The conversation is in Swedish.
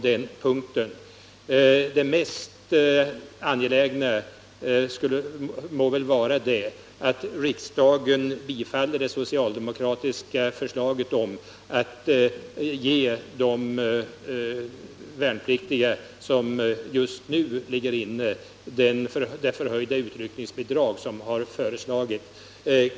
Det mest angelägna må väl vara att riksdagen bifaller det socialdemokratiska förslaget att ge de värnpliktiga som just nu ligger inne ett förhöjt utryckningsbidrag.